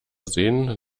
sehen